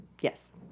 Yes